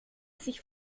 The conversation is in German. sich